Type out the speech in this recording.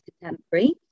contemporary